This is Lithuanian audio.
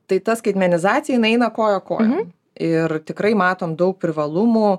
tai ta skaitmenizacija jinai eina koja kojon ir tikrai matom daug privalumų